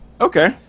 Okay